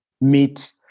meet